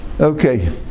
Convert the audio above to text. okay